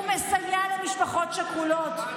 הוא מסייע למשפחות שכולות.